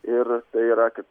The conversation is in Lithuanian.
ir tai yra kad